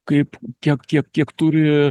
kaip kiek kiek kiek turi